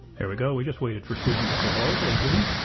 and we go. we just waited for susan to say hello. hello susan.